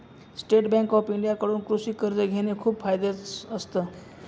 state Bank of India कडून कृषि कर्ज घेण खूप फायद्याच असत